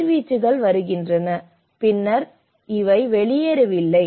கதிர்வீச்சுகள் வருகின்றன பின்னர் இவை வெளியேறவில்லை